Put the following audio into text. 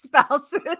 spouses